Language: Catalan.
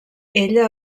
ella